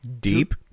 Deep